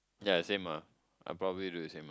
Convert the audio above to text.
ya same ah I'd probably do the same ah